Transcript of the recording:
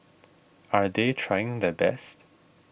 are they trying their best